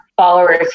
followers